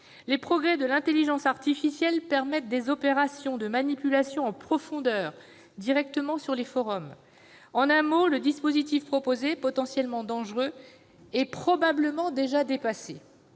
Les progrès de l'intelligence artificielle permettent des opérations de manipulation en profondeur directement sur les forums. En un mot, le dispositif proposé, potentiellement dangereux, est probablement déjà dépassé.